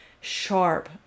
sharp